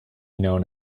known